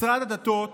משרד הדתות